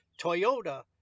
Toyota